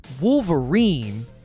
Wolverine